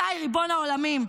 מתי, ריבון העולמים?